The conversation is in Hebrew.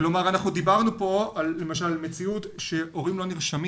דיברנו כאן על מציאות שהורים לא רושמים